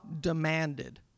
demanded